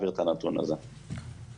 מלהעביר את הנתונים בזמן שאין הכרזה.